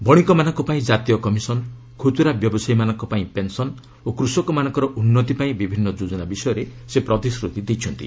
ବଶିକମାନଙ୍କ ପାଇଁ ଜାତୀୟ କମିଶନ୍ ଖୁଚୁରା ବ୍ୟବସାୟୀମାନଙ୍କ ପାଇଁ ପେନ୍ସନ୍ ଓ କୃଷକମାନଙ୍କର ଉନ୍ନତି ପାଇଁ ବିଭିନ୍ନ ଯୋଜନା ବିଷୟରେ ସେ ପ୍ରତିଶ୍ରତି ଦେଇଛନ୍ତି